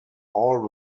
all